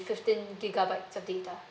fifteen gigabytes of data